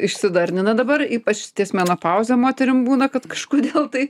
išsidarnina dabar ypač ties menopauze moterim būna kad kažkodėl tai